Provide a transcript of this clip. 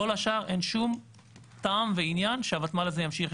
לכל השאר אין טעם ועניין שהוותמ"ל הזה ימשיך.